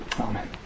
Amen